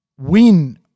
win